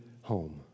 home